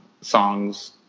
songs